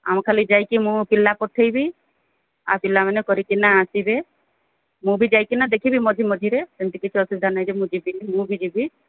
ଆମ ଖାଲି ଯାଇକି ମୁଁ ପିଲା ପଠେଇବି ଆଉ ପିଲାମାନେ କରିକି ଆସିବେ ମୁଁ ବି ଯାଇକିନା ଦେଖିବି ମଝି ମଝିରେ ସେମିତି କିଛି ଅସୁବିଧା ନାହିଁ ଯେ ମୁଁ ଯିବିନି ମୁଁ ବି ଯିବି